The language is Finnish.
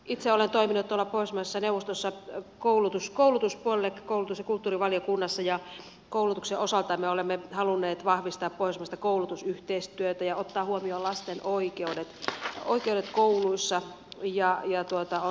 itse olen toiminut pohjoismaiden neuvostossa koulutuspuolella koulutus ja kulttuurivaliokunnassa ja koulutuksen osalta me olemme halunneet vahvistaa pohjoismaista koulutusyhteistyötä ja ottaa huomioon lasten oikeudet ja oikeudet kouluissa